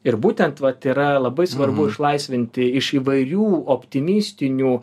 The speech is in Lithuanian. ir būtent vat yra labai svarbu išlaisvinti iš įvairių optimistinių